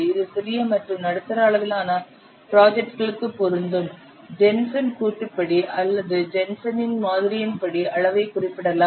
இது சிறிய மற்றும் நடுத்தர அளவிலான ப்ராஜெக்ட்களுக்கு பொருந்தும் ஜென்சனின் கூற்றுப்படி அல்லது ஜென்சனின் மாதிரியின்படி அளவைக் குறிப்பிடலாம்